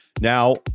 now